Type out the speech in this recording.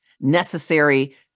necessary